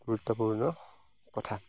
গুৰুত্বপূৰ্ণ কথা